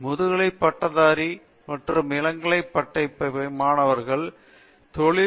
முதுகலைப் பட்டதாரி மற்றும் இளங்கலை பட்டப்படிப்பை மாணவர்கள் தொழில் அல்லது வேறு எந்த பதவிகளைப் பெறுகிறார்கள்